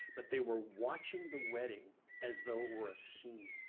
but they were watching the wedding as though it were a scene.